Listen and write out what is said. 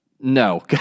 No